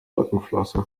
rückenflosse